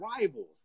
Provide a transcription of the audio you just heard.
rivals